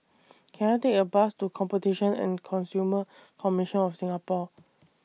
Can I Take A Bus to Competition and Consumer Commission of Singapore